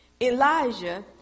Elijah